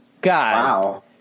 God